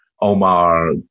Omar